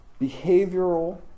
behavioral